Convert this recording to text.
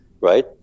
right